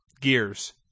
Gears